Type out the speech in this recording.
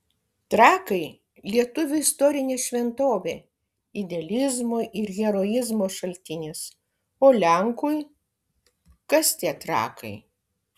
trakai lietuviui istorinė šventovė idealizmo ir heroizmo šaltinis o lenkui kas tie trakai